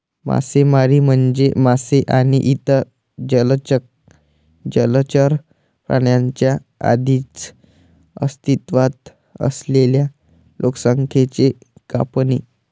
मासेमारी म्हणजे मासे आणि इतर जलचर प्राण्यांच्या आधीच अस्तित्वात असलेल्या लोकसंख्येची कापणी